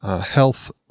health